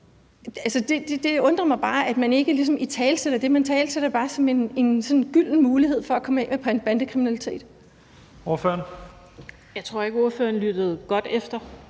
Det undrer mig bare, at man ikke ligesom italesætter det. Man italesætter det bare som sådan en gylden mulighed for at komme af med bandekriminalitet.